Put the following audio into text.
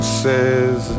says